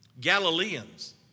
Galileans